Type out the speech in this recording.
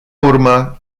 urmă